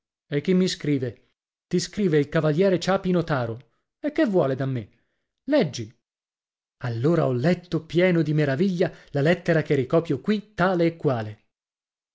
e chi mi scrive ti scrive il cavaliere ciapi notaro e che vuole da me allora ho letto pieno di meraviglia la lettera che ricopio qui tale e quale